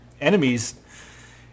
enemies